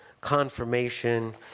confirmation